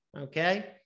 okay